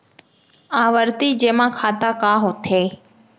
आवर्ती जेमा खाता का होथे?